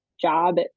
job